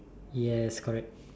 yes correct